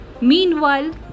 meanwhile